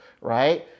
Right